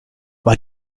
war